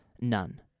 None